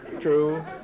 True